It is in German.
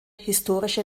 historische